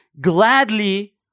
gladly